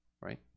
right